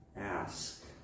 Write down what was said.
Ask